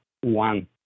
one